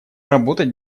работать